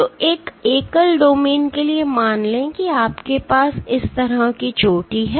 तो एक एकल डोमेन के लिए मान लें कि आपके पास इस तरह की चोटी है